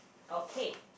or cake